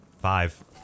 five